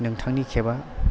नोंथांनि केब आ